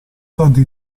tante